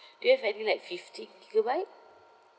do have any like fifty gigabyte